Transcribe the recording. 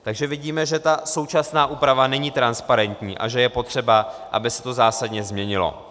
Takže vidíme, že současná úprava není transparentní a že je potřeba, aby se to zásadně změnilo.